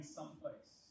someplace